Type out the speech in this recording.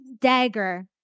dagger